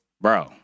bro